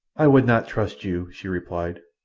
i would not trust you, she replied.